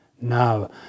now